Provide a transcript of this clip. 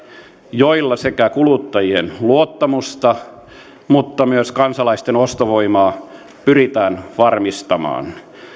joilla sekä kuluttajien luottamusta mutta myös kansalaisten ostovoimaa pyritään varmistamaan